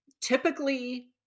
typically